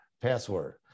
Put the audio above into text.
password